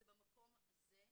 זה במקום הזה.